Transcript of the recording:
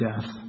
death